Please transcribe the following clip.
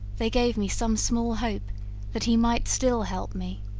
they gave me some small hope that he might still help me.